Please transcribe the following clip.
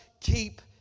keep